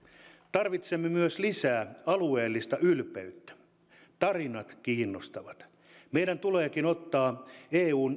tarvitsemme myös lisää alueellista ylpeyttä tarinat kiinnostavat meidän tuleekin ottaa eun